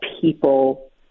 people